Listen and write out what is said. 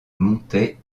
montaient